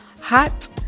hot